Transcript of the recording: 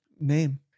Name